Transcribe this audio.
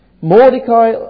Mordecai